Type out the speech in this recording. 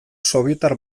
sobietar